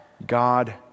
God